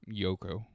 Yoko